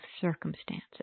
circumstances